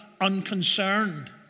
unconcerned